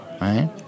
right